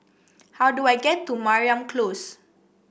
how do I get to Mariam Close